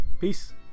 peace